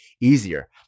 easier